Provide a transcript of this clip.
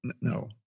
No